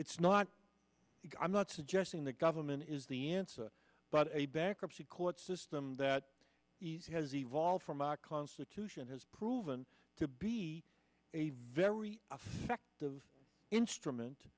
it's not i'm not suggesting that government is the answer but a bankruptcy court system that has evolved from our constitution has proven to be a very effective instrument